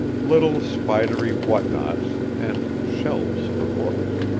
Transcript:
little spidery what-nots, and shelves for books.